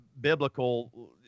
biblical